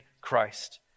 Christ